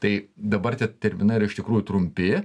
tai dabar tie terminai yra iš tikrųjų trumpi